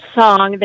song